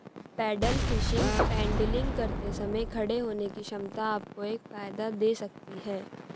pedal fishing paddling करते समय खड़े होने की क्षमता आपको एक फायदा दे सकती है